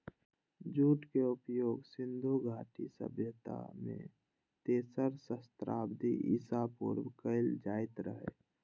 जूटक उपयोग सिंधु घाटी सभ्यता मे तेसर सहस्त्राब्दी ईसा पूर्व कैल जाइत रहै